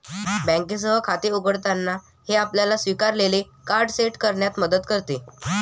बँकेसह खाते उघडताना, हे आपल्याला स्वीकारलेले कार्ड सेट करण्यात मदत करते